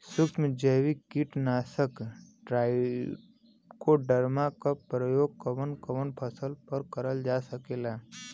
सुक्ष्म जैविक कीट नाशक ट्राइकोडर्मा क प्रयोग कवन कवन फसल पर करल जा सकेला?